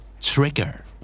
Trigger